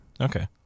Okay